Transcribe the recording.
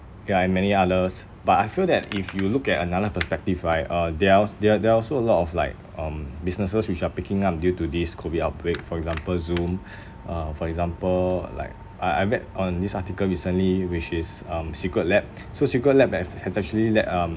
ya and many others but I feel that if you look at another perspective right uh there ares there are there are also a lot of like um businesses which are picking up due to this COVID outbreak for example zoom uh for example like I I read on this article recently which is um secret lab so secret lab have has actually like um